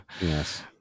Yes